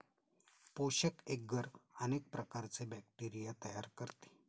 पोषक एग्गर अनेक प्रकारचे बॅक्टेरिया तयार करते